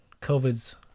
COVID's